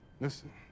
Listen